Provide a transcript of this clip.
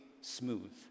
smooth